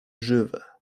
żywe